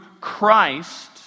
Christ